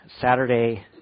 Saturday